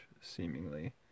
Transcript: seemingly